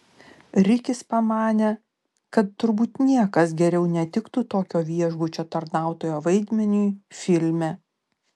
rikis pamanė kad turbūt niekas geriau netiktų tokio viešbučio tarnautojo vaidmeniui filme